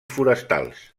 forestals